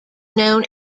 known